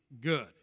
good